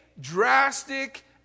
drastic